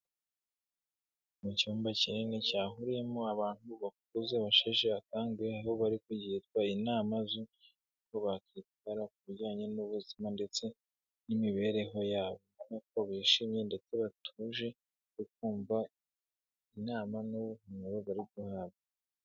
Mu cyumba kinini cyahuriyemo abantu bakuze basheshe akangahe, aho bari kugirwa inama z'uko bakwitwara ku bijyanye n'ubuzima ndetse n'imibereho yabo nk'uko bishimye ndetse batuje no kumvamva inama n'ubusobanuro bari guhabwa.